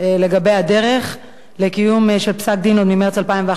לגבי הדרך לקיום של פסק-דין עוד ממרס 2011,